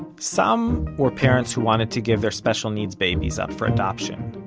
some were parents who wanted to give their special needs babies up for adoption,